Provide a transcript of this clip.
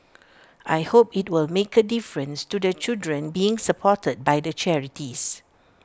I hope IT will make A difference to the children being supported by the charities